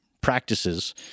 practices